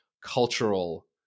cultural